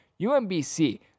UMBC